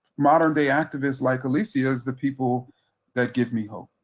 modern-day activists like alicia as the people that give me hope.